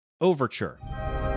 Overture